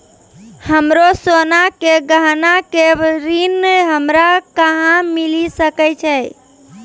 हमरो सोना के गहना पे ऋण हमरा कहां मिली सकै छै?